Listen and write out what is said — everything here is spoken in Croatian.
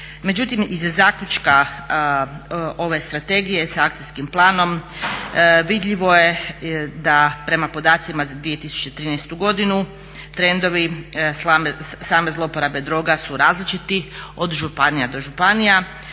Međutim iz zaključka ove strategije sa akcijskim planom vidljivo je da prema podacima za 2013. godinu trendovi same zlouporabe droga su različiti od županija do županija.